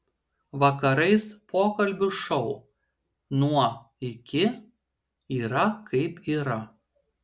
vakarais pokalbių šou nuo iki yra kaip yra